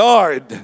Lord